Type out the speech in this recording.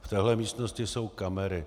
V téhle místnosti jsou kamery.